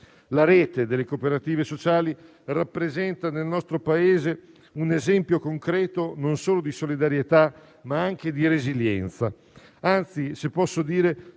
La rete delle cooperative sociali rappresenta nel nostro Paese un esempio concreto non solo di solidarietà, ma anche di resilienza. Se posso dire,